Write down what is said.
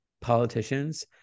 politicians